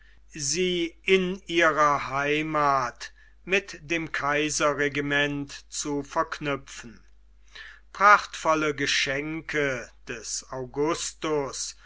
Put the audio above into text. sie in ihrer heimat mit dem kaiserregiment zu verknüpfen prachtvolle geschenke des augustus